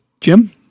Jim